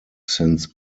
since